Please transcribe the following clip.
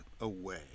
away